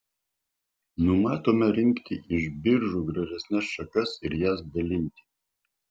numatome rinkti iš biržių gražesnes šakas ir jas dalinti